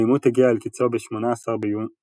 העימות הגיע אל קיצו ב-18 בינואר